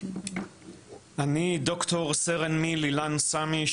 אני ד"ר סרן מיל' אילן סמיש,